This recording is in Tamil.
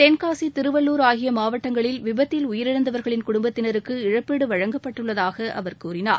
தென்காசி திருவள்ளுர் ஆகிய மாவட்டங்களில் விபத்தில் உயிரிழந்தவர்களின் குடும்பத்தினருக்கு இழப்பீடு வழங்கப்பட்டுள்ளதாக அவர் கூறினார்